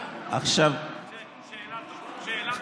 שאלה טובה.